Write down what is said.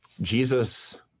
Jesus